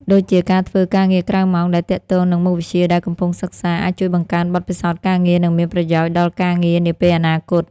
ដូចជាការធ្វើការងារក្រៅម៉ោងដែលទាក់ទងនឹងមុខវិជ្ជាដែលកំពុងសិក្សា អាចជួយបង្កើនបទពិសោធន៍ការងារ និងមានប្រយោជន៍ដល់ការងារនាពេលអនាគត។